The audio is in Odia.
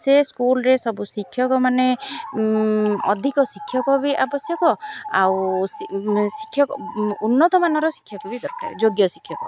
ସେ ସ୍କୁଲ୍ରେ ସବୁ ଶିକ୍ଷକମାନେ ଅଧିକ ଶିକ୍ଷକ ବି ଆବଶ୍ୟକ ଆଉ ଶିକ୍ଷକ ଉନ୍ନତମାନର ଶିକ୍ଷକ ବି ଦରକାର ଯୋଗ୍ୟ ଶିକ୍ଷକ